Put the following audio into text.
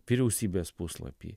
vyriausybės puslapyj